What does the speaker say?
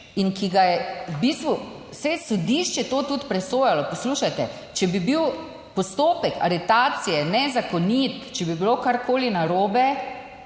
in ki ga je v bistvu, saj sodišče to tudi presojalo. Poslušajte, če bi bil postopek aretacije nezakonit, če bi bilo karkoli narobe,